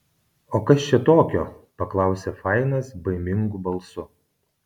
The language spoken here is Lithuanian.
o kas čia tokio paklausė fainas baimingu balsu